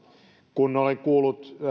kun olen kuullut